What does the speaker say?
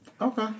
Okay